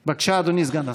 בבקשה, אדוני סגן השר.